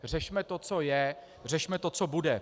Řešme to, co je, řešme to, co bude.